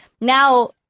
now